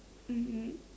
um